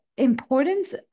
importance